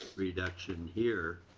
reduction here.